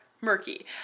murky